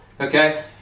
Okay